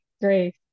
great